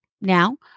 now